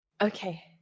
Okay